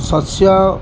ଶସ୍ୟ